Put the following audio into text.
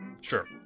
Sure